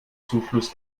zufluss